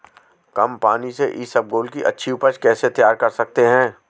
कम पानी से इसबगोल की अच्छी ऊपज कैसे तैयार कर सकते हैं?